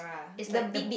it's like the